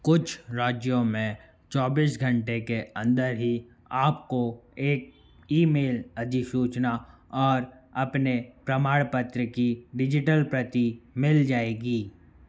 कुछ राज्यों में चौबीस घंटे के अंदर ही आपको एक ईमेल अधिसूचना और अपने प्रमाणपत्र की डिज़िटल प्रति मिल जाएगी